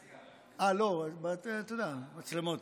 לא, אתה יודע, מצלמות.